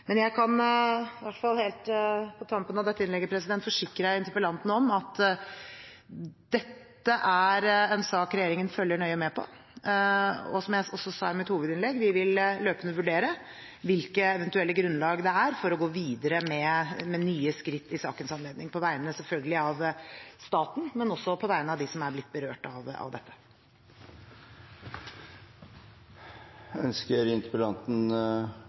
Men jeg kan i hvert fall, helt på tampen av dette innlegget, forsikre interpellanten om at dette er en sak regjeringen følger nøye med på. Som jeg også sa i mitt hovedinnlegg, vil vi løpende vurdere hvilke eventuelle grunnlag det er for å gå videre med nye skritt i sakens anledning, på vegne, selvfølgelig, av staten, men også på vegne av dem som er blitt berørt av dette. Ønsker interpellanten